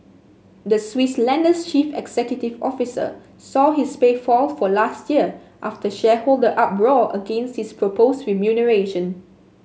the Swiss lender's chief executive officer saw his pay fall for last year after shareholder uproar against his proposed remuneration